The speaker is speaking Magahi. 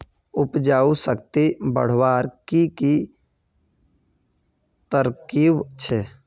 उपजाऊ शक्ति बढ़वार की की तरकीब छे?